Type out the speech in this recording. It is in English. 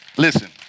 Listen